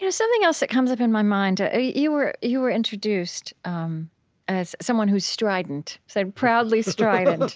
you know something else that comes up in my mind ah you were you were introduced um as someone who's strident, so proudly strident.